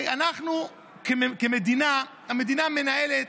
המדינה מנהלת,